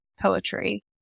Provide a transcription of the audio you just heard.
poetry